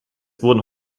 wurden